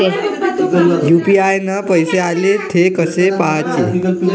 UPI न पैसे आले, थे कसे पाहाचे?